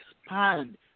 expand